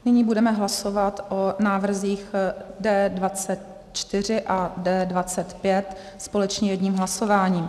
Nyní budeme hlasovat o návrzích D24 a D25 společně jedním hlasováním.